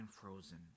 frozen